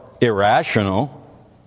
irrational